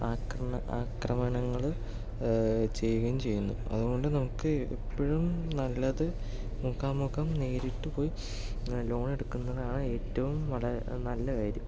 ആക്രമണ ആക്രമണങ്ങൾ ചെയ്യുകയും ചെയ്യുന്നു അത്കൊണ്ട് നമുക്ക് എപ്പോഴും നല്ലത് മുഖാമുഖം നേരിട്ട് പോയി ലോൺ എടുക്കുന്നതാണ് ഏറ്റവും വളരെ നല്ല കാര്യം